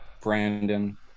Brandon